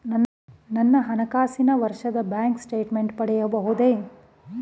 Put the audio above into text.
ನನ್ನ ಹಣಕಾಸಿನ ವರ್ಷದ ಬ್ಯಾಂಕ್ ಸ್ಟೇಟ್ಮೆಂಟ್ ಪಡೆಯಬಹುದೇ?